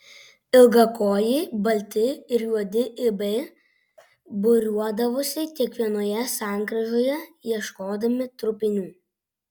ilgakojai balti ir juodi ibiai būriuodavosi kiekvienoje sankryžoje ieškodami trupinių